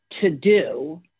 to-do